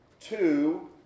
two